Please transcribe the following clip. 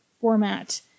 format